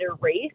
race